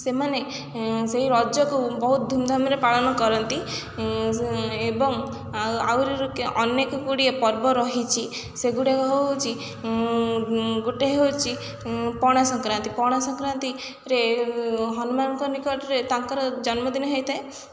ସେମାନେ ସେଇ ରଜକୁ ବହୁତ ଧୁମଧାମରେ ପାଳନ କରନ୍ତି ଏବଂ ଆହୁରିରୁ ଅନେକ ଗୁଡ଼ିଏ ପର୍ବ ରହିଛି ସେଗୁଡ଼ାକ ହେଉଛି ଗୋଟେ ହେଉଛି ପଣାସଂକ୍ରାନ୍ତି ପଣାସଂକ୍ରାନ୍ତିରେ ହନୁମାନଙ୍କ ନିକଟରେ ତାଙ୍କର ଜନ୍ମଦିନ ହେଇଥାଏ